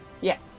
Yes